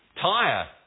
tire